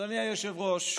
אדוני היושב-ראש,